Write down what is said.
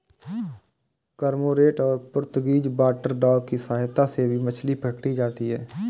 cormorant और Portuguese water dog की सहायता से भी मछली पकड़ी जाती है